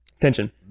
tension